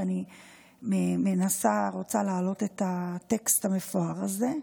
ואני רוצה להעלות את הטקסט המפואר הזה,